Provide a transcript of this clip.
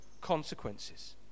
consequences